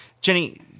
Jenny